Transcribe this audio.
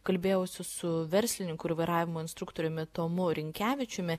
kalbėjausi su verslininku ir vairavimo instruktoriumi tomu rinkevičiumi